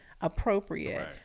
appropriate